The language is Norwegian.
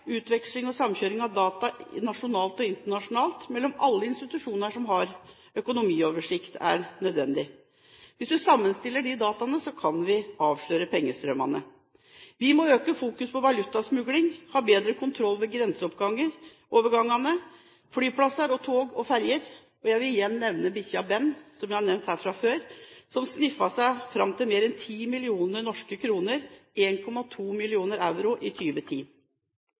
utveksling og samkjøring av data nasjonalt og internasjonalt mellom alle institusjoner som har økonomioversikt er nødvendig. Hvis vi sammenstiller de dataene, kan vi avsløre pengestrømmene. Vi må øke fokus på valutasmugling og ha bedre kontroll ved grenseoverganger, flyplasser, tog og ferjer. Og jeg vil igjen nevne bikkja Ben, som jeg har nevnt her før, som sniffet seg fram til mer enn 10 mill. norske kr, 1,2 mill. euro, i 2010. I